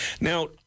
Now